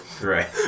Right